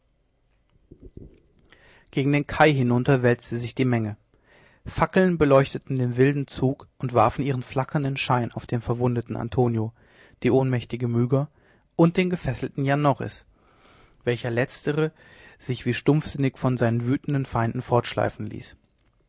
gegen den kai hinunter wälzte sich die menge fackeln beleuchteten den wilden zug und warfen ihren flackernden schein auf den verwundeten antonio die ohnmächtige myga und den gefesselten jan norris welcher letztere sich wie stumpfsinnig von seinen wütenden feinden fortschleifen ließ